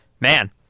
man